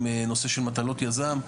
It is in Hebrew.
עם הנושא של מטלות יזם,